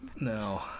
No